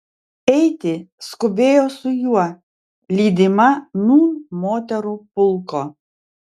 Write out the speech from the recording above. eiti skubėjo su juo lydima nūn moterų pulko